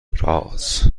رآس